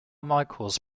michaels